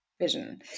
vision